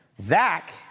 Zach